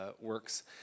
works